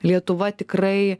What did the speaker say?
lietuva tikrai